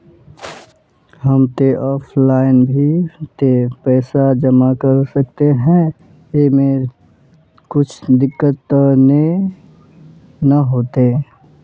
हम ते ऑफलाइन भी ते पैसा जमा कर सके है ऐमे कुछ दिक्कत ते नय न होते?